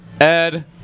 Ed